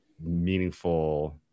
meaningful